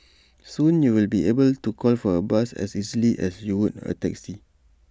soon you will be able to call for A bus as easily as you would A taxi